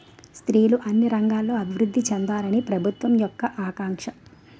స్త్రీలు అన్ని రంగాల్లో అభివృద్ధి చెందాలని ప్రభుత్వం యొక్క ఆకాంక్ష